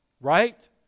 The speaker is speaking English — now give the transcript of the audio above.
Right